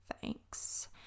Thanks